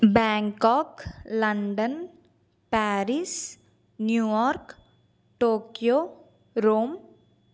Bangkok London Paris New York Tokyo Rome